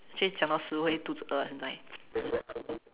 就会讲到食味肚子饿现在